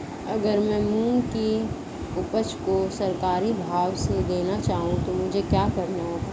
अगर मैं मूंग की उपज को सरकारी भाव से देना चाहूँ तो मुझे क्या करना होगा?